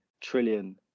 trillion